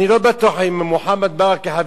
אני לא בטוח אם מוחמד ברכה,